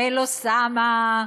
ואל אוסאמה,